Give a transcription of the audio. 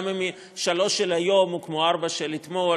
גם אם 3 של היום הוא כמו 4 של אתמול